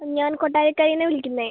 ഞാൻ കൊട്ടാരക്കരയിൽ നിന്നാണ് വിളിക്കുന്നത്